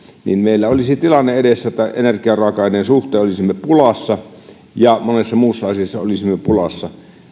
meillä olisi se tilanne edessä että energiaraaka aineen suhteen olisimme pulassa ja monessa muussa asiassa olisimme pulassa